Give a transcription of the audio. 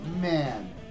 man